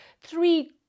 three